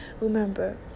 Remember